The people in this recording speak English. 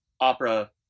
opera